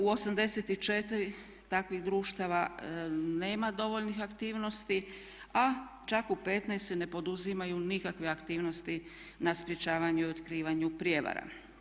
U 84 takvih društava nema dovoljnih aktivnosti a čak u 15 se ne poduzimaju nikakve aktivnosti na sprječavanju i otkrivanju prijevara.